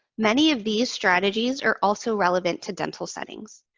many of these strategies are also relevant to dental settings.